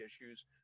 issues